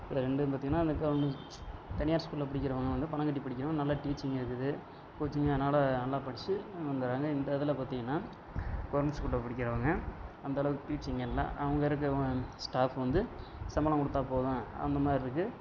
இதில் ரெண்டும் பார்த்தீங்கன்னா இந்த கவர்மெண்ட் தனியார் ஸ்கூலில் படிக்கிறவங்க வந்து பணம் கட்டி படிக்கிறவங்க நல்ல டீச்சிங்காக இருக்குது கோச்சிங்கெலாம் அதனால் நல்லா படிச்சு வந்துடுறாங்க இந்த இதில் பார்த்தீங்கன்னா கவர்மெண்ட் ஸ்கூலில் படிக்கிறவங்க அந்தளவுக்கு டீச்சிங் இல்லை அங்கே இருக்கிறவுங்க ஸ்டாஃப் வந்து சம்பளம் கொடுத்தா போதும் அந்த மாதிரி இருக்குது